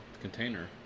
container